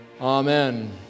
Amen